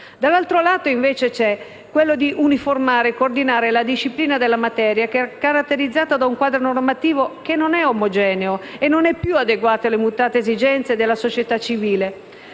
Dall'altro lato, invece, c'è l'obiettivo di uniformare e coordinare la disciplina della materia, caratterizzata da un quadro normativo non omogeneo e non più adeguato alle mutate esigenze della società civile.